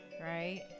Right